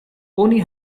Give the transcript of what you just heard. oni